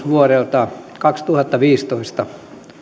vuodelta kaksituhattaviisitoista